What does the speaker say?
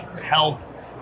help